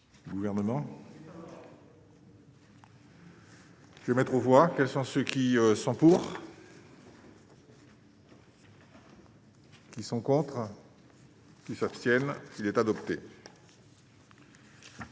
Le gouvernement. Je vais mettre aux voix, quels sont ceux qui sont pour. Ils sont contre, qui s'abstiennent, qu'il est adopté. Le